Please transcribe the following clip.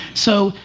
so,